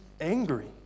angry